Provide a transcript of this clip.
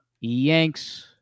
Yanks